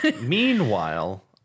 Meanwhile